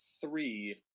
three